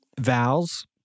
vowels